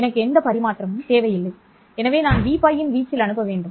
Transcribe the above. எனக்கு எந்த பரிமாற்றமும் தேவையில்லை எனவே நான் Vπ இன் வீச்சில் அனுப்ப வேண்டும்